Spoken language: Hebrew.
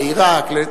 עירק.